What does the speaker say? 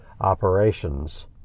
operations